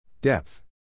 Depth